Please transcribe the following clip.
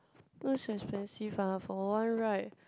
no it's expensive ah for on ride